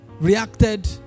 reacted